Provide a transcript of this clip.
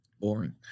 boring